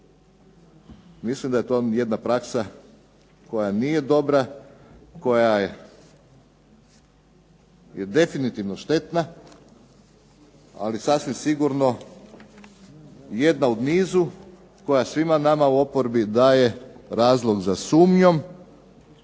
Mislim da je to jedna praksa koja nije dobra, koja je definitivno štetna, ali sasvim sigurno jedna u nizu koja svima nama u oporbi daje razlog za sumnjom